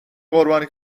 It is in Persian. قربانی